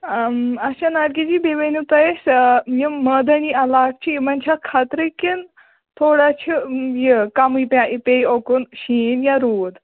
اَچھا نرگِس جی بیٚیہِ ؤنِو تُہۍ اَسہِ یِم مٲدٲنی علاق چھِ یِمن چھَ خطرٕ کِنۍ تھوڑا چھِ یہِ کَمٕے پیہ پیٚیہِ اُکُن شیٖن یا روٗد